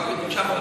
לשמחתנו,